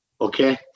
okay